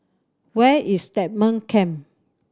where is Stagmont Camp